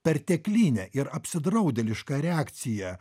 perteklinė ir apsidraudėliška reakcija